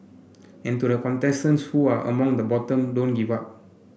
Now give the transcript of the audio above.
and to the contestants who are among the bottom don't give up